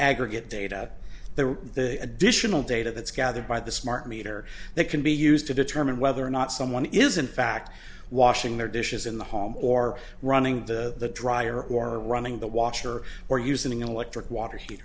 aggregate data there the additional data that's gathered by the smart meter that can be used to determine whether or not someone is in fact washing their dishes in the home or running the dryer or running the washer or using electric water he